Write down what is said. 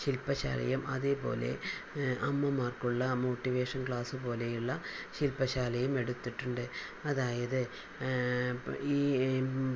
ശില്പശാലയും അതേപോലെ അമ്മമാർക്കുള്ള motivation class പോലെയുള്ള ശിൽപ്പശാലയും എടുത്തിട്ടുണ്ട് അതായത് ഈ